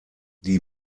die